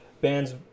bands